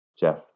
Jeff